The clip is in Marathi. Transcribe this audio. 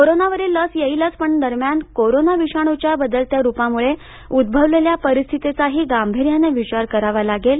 कोरोनावरील लस येईलच पण दरम्यान कोरोना विषाणूच्या बदलत्या रुपामुळे उद्ववलेल्या परिस्थितीचाही गांभिर्याने विचार करावा लागेल